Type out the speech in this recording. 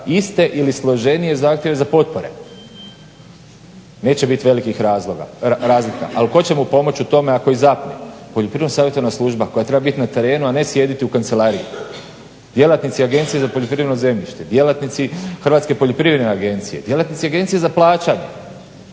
iste ili složenije zahtjeve za potpore. Neće biti velikih razlika ali tko će mu pomoć u tome ako i zapne. Poljoprivredna savjetodavna služba koja treba biti na terenu a ne sjediti u kancelariji, djelatnici Agencije za poljoprivredno zemljište, djelatnici Hrvatske poljoprivredne agencije, djelatnici Agencije za plaćanja.